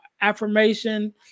affirmation